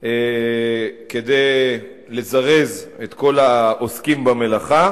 כדי לזרז את כל העוסקים במלאכה.